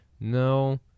No